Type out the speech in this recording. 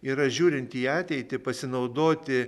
yra žiūrint į ateitį pasinaudoti